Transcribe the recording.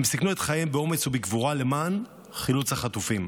הם סיכנו את חייהם באומץ ובגבורה למען חילוץ החטופים.